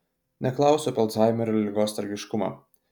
neklausiu apie alzhaimerio ligos tragiškumą